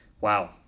wow